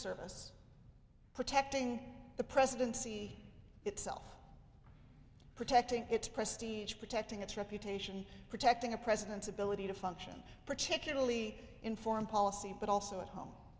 service protecting the presidency itself protecting its prestige protecting its reputation protecting the president's ability to function particularly in foreign policy but also at home